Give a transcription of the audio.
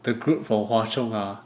the group from Hwa Chong ah